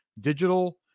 digital